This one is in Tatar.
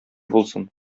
булсын